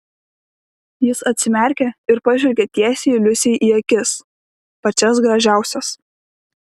jis atsimerkė ir pažvelgė tiesiai liusei į akis pačias gražiausias